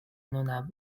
nuna